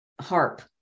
harp